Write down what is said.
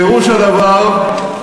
פירוש הדבר,